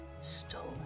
stolen